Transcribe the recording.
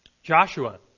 joshua